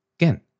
Again